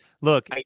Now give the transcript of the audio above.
look